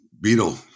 Beetle